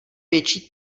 větší